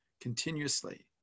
continuously